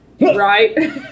right